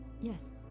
Yes